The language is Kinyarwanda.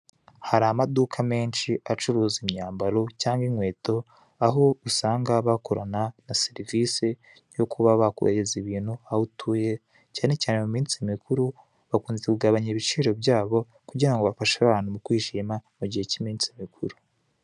Hari amaduka menshi acuruza imyambaro cyangwa inkweto aho usanga bakorana na serivise yo kuba bakohereza ibintu aho utuye, cyane cyane mu minsi mikuru bakunze kugabanya ibiciro byabo kugira ngo bafashe abantu kwishima mu gihe cy'iminsi mikuru.